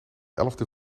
elfde